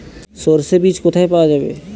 সর্ষে বিজ কোথায় পাওয়া যাবে?